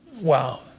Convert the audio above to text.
wow